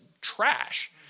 trash